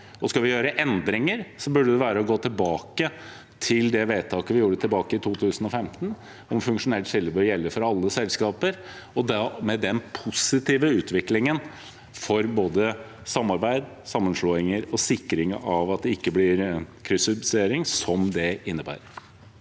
Skal vi gjøre endringer, burde det være å gå tilbake til det vedtaket vi gjorde i 2015, om at funksjonelt skille bør gjelde for alle selskaper, og da med den positive utviklingen for både samarbeid, sammenslåinger og sikring av at det ikke blir kryssubsidiering, som det innebærer.